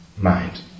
mind